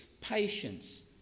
patience